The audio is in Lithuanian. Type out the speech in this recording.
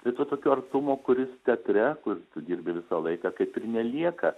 ir to tokio artumo kuris teatre kur tu dirbi visą laiką kaip ir nelieka